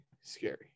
scary